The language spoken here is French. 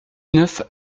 neuf